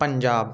Punjab